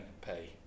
pay